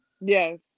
Yes